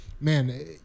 man